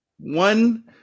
one